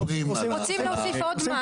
רוצים להוסיף עוד מס.